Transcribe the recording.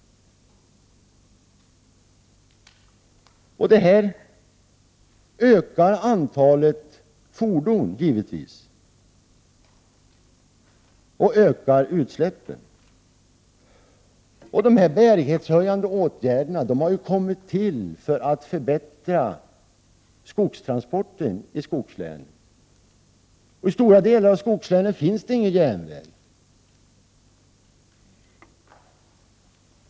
Det ökar givetvis antalet fordon och därmed utsläppen. De bärighetshöjande åtgärderna har kommit till för att förbättra skogstransporterna i skogslänen. I stora delar av skogslänen finns ingen järnväg.